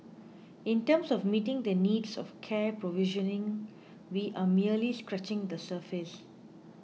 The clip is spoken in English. in terms of meeting the needs of care provisioning we are merely scratching the surface